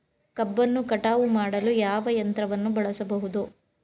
ಕಬ್ಬನ್ನು ಕಟಾವು ಮಾಡಲು ಯಾವ ಯಂತ್ರವನ್ನು ಬಳಸಬಹುದು?